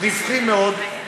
רווחי מאוד,